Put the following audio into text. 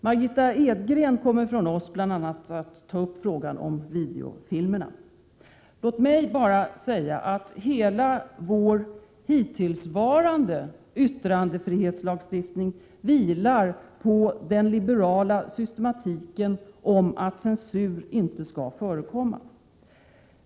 Margitta Edgren från oss kommer bl.a. att ta upp frågan om videofilmerna. Låt mig bara säga att hela vår hittillsvarande yttrandefrihetslagstiftning vilar på den liberala systematiken om att censur inte skall förekomma.